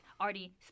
already